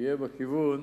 יהיה בכיוון